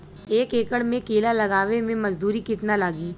एक एकड़ में केला लगावे में मजदूरी कितना लागी?